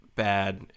bad